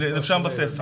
זה נרשם בספח.